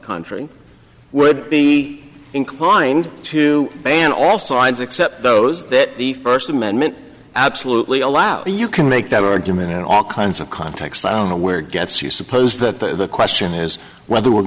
country would be inclined to ban all sides except those that the first amendment absolutely allow you can make that argument in all kinds of context i don't know where it gets you suppose the question is whether